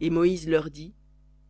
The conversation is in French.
et moïse leur dit